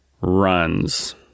runs